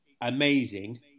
amazing